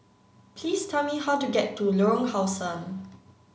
please tell me how to get to Lorong How Sun